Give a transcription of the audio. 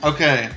Okay